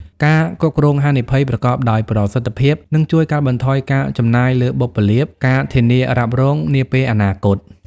ការគ្រប់គ្រងហានិភ័យ ប្រកបដោយប្រសិទ្ធភាព នឹងជួយកាត់បន្ថយការចំណាយលើបុព្វលាភ ការធានារ៉ាប់រង នាពេលអនាគត។